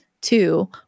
Two